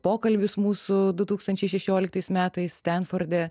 pokalbius mūsų du tūkstančiai šešioliktais metais stenforde